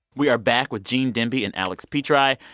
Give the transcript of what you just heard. we are back with gene demby and alex petri.